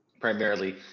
primarily